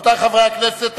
רבותי חברי הכנסת,